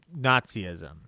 Nazism